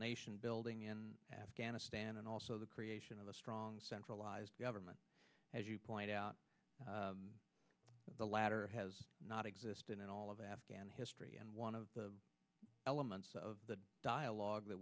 nation building in afghanistan and also the creation of a strong centralized government as you point out the latter has not existed at all of afghan history and one of the elements of the dialogue that